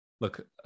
look